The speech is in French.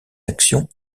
actions